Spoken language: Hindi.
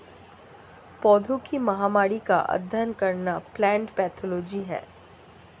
पौधों की महामारी का अध्ययन करना प्लांट पैथोलॉजी है